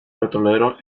petrolero